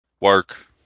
Work